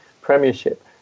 premiership